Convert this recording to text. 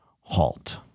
halt